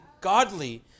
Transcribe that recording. godly